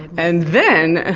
and then,